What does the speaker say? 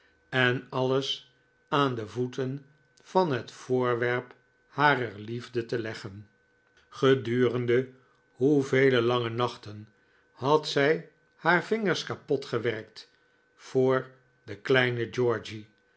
en alles aan de voeten van het voorwerp harer liefde te leggen gedurende hoevele lange nachten had zij haar vingers kapot gewerkt voor den kleinen georgy